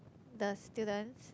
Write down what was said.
the students